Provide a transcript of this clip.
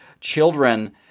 children